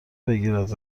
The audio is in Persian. بگیرد